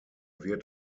wird